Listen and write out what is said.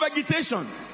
vegetation